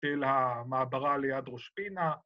‫של המעברה ליד ראש פינה.